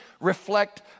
reflect